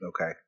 Okay